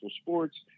Sports